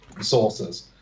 sources